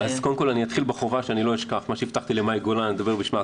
אז קודם אתחיל בחובתי למאי גולן ואדבר בשמה.